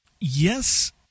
Yes